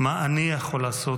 מה אני יכול לעשות